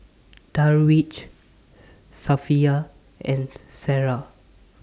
Darwish Safiya and Sarah